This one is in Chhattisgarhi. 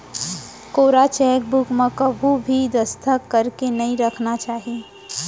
कोरा चेकबूक म कभू भी दस्खत करके नइ राखना चाही